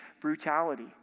brutality